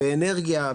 באנרגיה,